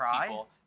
people